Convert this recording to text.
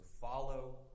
follow